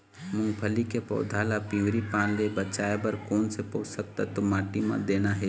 मुंगफली के पौधा ला पिवरी पान ले बचाए बर कोन से पोषक तत्व माटी म देना हे?